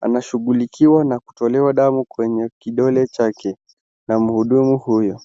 ana shughulikiwa na kutolewa damu kwenye kidole chake na mhudumu huyo.